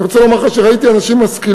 אני רוצה לומר לך שראיתי אנשים משכילים,